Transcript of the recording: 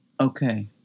Okay